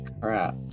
crap